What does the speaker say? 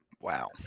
Wow